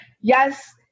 Yes